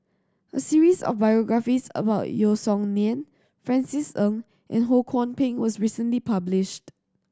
a series of biographies about Yeo Song Nian Francis Ng and Ho Kwon Ping was recently published